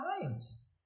times